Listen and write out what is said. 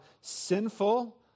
sinful